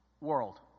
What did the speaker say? World